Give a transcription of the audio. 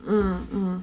mm mm